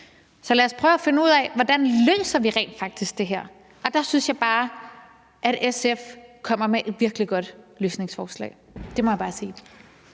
Så lad os prøve at finde ud af, hvordan vi rent faktisk løser det her, og der synes jeg bare, at SF kommer med et virkelig godt løsningsforslag. Det må jeg bare sige.